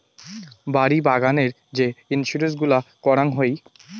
বাড়ি বাগানের যে ইন্সুরেন্স গুলা করাং হই